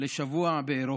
לשבוע באירופה?